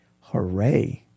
Hooray